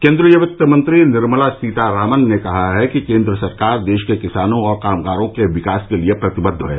केन्द्रीय वित्त मंत्री निर्मला सीतारामन ने कहा है कि केन्द्र सरकार देश के किसानों और कामगारों के विकास के लिए प्रतिबद्ध है